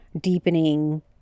deepening